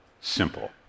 simple